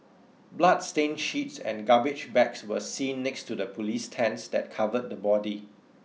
bloodstained sheets and garbage bags were seen next to the police tents that covered the body